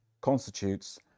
constitutes